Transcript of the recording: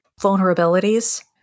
vulnerabilities